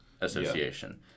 association